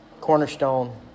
Cornerstone